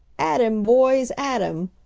at him, boys! at him!